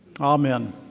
Amen